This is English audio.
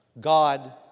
God